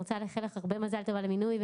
רוצה לאחל לך הרבה מזל טוב על המינוי,